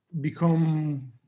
become